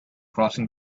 crossing